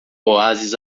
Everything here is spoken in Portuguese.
oásis